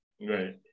Right